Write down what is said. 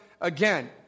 again